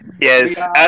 Yes